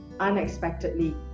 unexpectedly